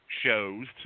shows